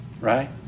right